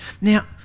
Now